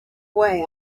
way